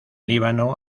líbano